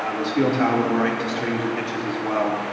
um those field tile run right to streams or ditches as well,